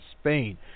Spain